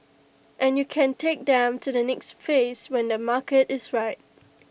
and you can take them to the next phase when the market is right